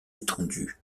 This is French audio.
étendus